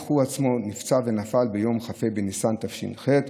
אך הוא עצמו נפצע ונפל ביום כ"ה בניסן תש"ח,